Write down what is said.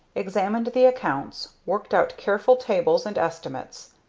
examined the accounts, worked out careful tables and estimates.